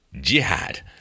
jihad